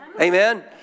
Amen